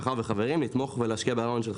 בדרך כלל מגייסים כמה מאות אלפי שקלים